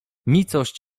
nicość